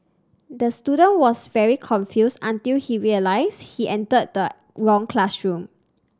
the student was very confused until he realised he entered the wrong classroom